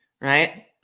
right